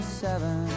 seven